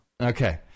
Okay